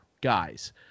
guys